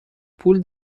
پول